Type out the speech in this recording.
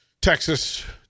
Texas